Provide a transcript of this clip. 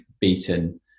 beaten